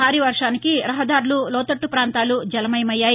భారీ వర్షానికి రహదారులు లోతట్ల పాంతాలు జలమయమయ్యాయి